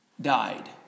died